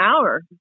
hour